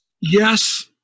Yes